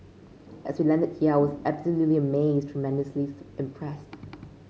as we landed here I was absolutely amazed tremendously impressed